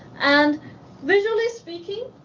and visually speaking,